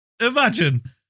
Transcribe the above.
Imagine